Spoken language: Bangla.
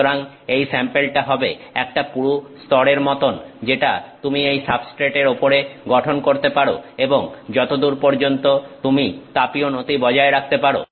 সুতরাং এই স্যাম্পেলটা হবে একটা পুরু স্তরের মতন যেটা তুমি এই সাবস্ট্রেটের ওপরে গঠন করতে পারো এবং যতদূর পর্যন্ত তুমি তাপীয় নতি বজায় রাখতে পারো